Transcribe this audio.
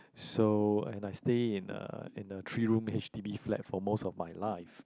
so and I stay in a in a three room H_D_B flat for most of my life